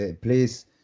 please